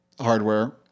hardware